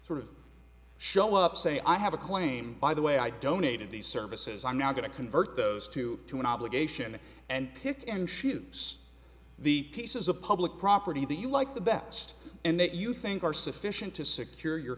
sort of show up say i have a claim by the way i donated these services i'm now going to convert those two to an obligation and pick and choose the pieces of public property that you like the best and that you think are sufficient to secure your